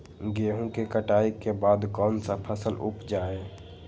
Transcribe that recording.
गेंहू के कटाई के बाद कौन सा फसल उप जाए?